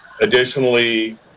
additionally